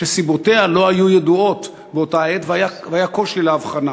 שסיבותיה לא היו ידועות באותה עת והיה קושי לאבחנה.